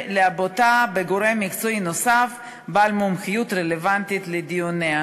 ולעבותה בגורם מקצועי נוסף בעל מומחיות רלוונטית לדיוניה.